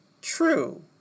true